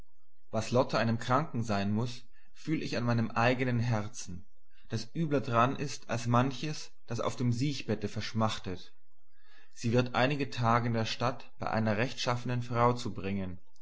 was lotte einem kranken sein muß fühl ich an meinem eigenen herzen das übler dran ist als manches das auf dem siechbette verschmachtet sie wird einige tage in der stadt bei einer rechtschaffnen frau zubringen